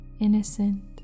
innocent